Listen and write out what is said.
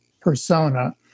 persona